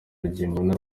rugimbana